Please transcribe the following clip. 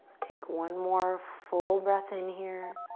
take one more full breath in here.